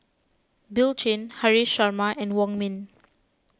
Bill Chen Haresh Sharma and Wong Ming